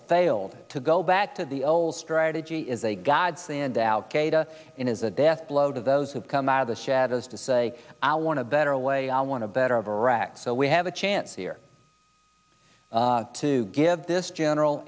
failed to go back to the old strategy is a godsend out keda in is a death blow to those who come out of the shadows to say i want to better away i want to better of iraq so we have a chance here to give this general